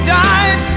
died